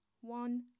one